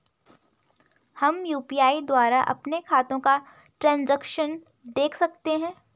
हम यु.पी.आई द्वारा अपने खातों का ट्रैन्ज़ैक्शन देख सकते हैं?